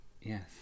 yes